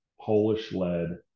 Polish-led